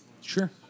Sure